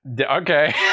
Okay